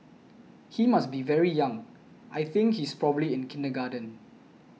he must be very young I think he's probably in kindergarten